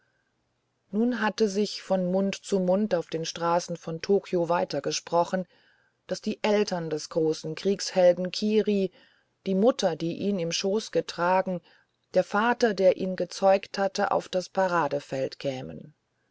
nun hatte es sich von mund zu mund auf den straßen von tokio weitergesprochen daß die eltern des großen kriegshelden kiri die mutter die ihn im schoß getragen der vater der ihn gezeugt hatte auf das paradefeld kämen